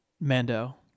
Mando